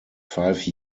five